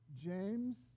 James